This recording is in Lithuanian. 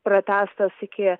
pratęstas iki